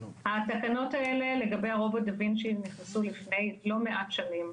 התקנות האלה לגבי הרובוט דה וינצ'י נכנסו לפני לא מעט שנים,